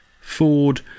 Ford